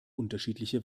unterschiedliche